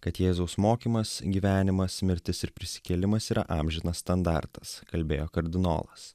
kad jėzaus mokymas gyvenimas mirtis ir prisikėlimas yra amžinas standartas kalbėjo kardinolas